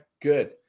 good